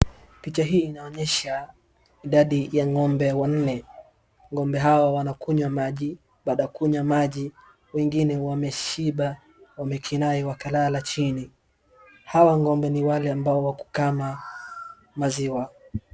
Picha hii inaonyesha idadi ya ng'ombe wanne. Ng'ombe hawa wanakunywa maji, baada ya kunywa maji wengine wameshiba, wamekinai wakalala chini. Hawa ng'ombe ni wale ambao wa kukama maziwa.